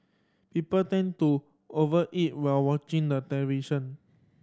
people tend to over eat while watching the television